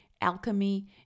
alchemy